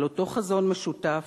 על אותו חזון משותף,